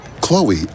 Chloe